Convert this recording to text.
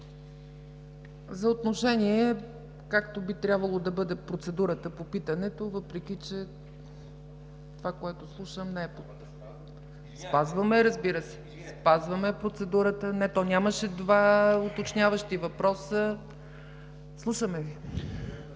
За отношение, както би трябвало да бъде процедурата по питането, въпреки че това, което слушам, не е... (Реплики от БСП ЛБ.) Спазваме я, разбира се. Спазваме процедурата. Нямаше два уточняващи въпроса. Слушаме Ви.